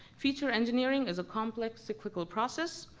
feature engineering is a complex, cyclical process.